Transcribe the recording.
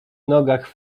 nogach